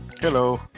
Hello